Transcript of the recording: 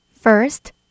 First